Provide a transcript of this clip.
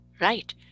right